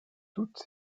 toutes